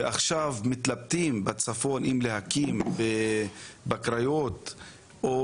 ועכשיו מתלבטים בצפון אם להקים בקריות או